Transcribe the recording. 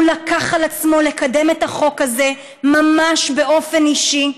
הוא לקח על עצמו לקדם את החוק הזה ממש באופן אישי,